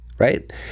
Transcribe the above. Right